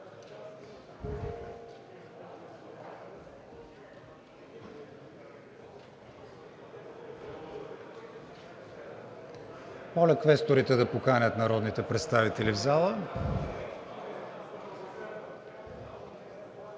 Моля квесторите да поканят народните представители в залата.